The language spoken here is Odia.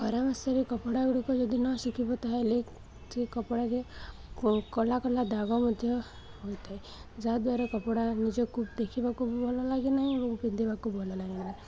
ଖରା ମାସରେ କପଡ଼ାଗୁଡ଼ିକ ଯଦି ନଶୁଖିବ ତାହେଲେ ସେ କପଡ଼ାରେ କଳା କଳା ଦାଗ ମଧ୍ୟ ହୋଇଥାଏ ଯାହାଦ୍ୱାରା କପଡ଼ା ନିଜକୁ ଦେଖିବାକୁ ଭଲ ଲାଗେ ନାହିଁ ଏବଂ ପିନ୍ଧିବାକୁ ଭଲ ଲାଗେ ନାହିଁ